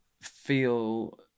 feel